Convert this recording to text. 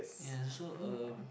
ya so um